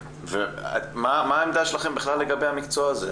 מה העמדה שלכם לגבי המקצוע הזה?